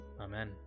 Amen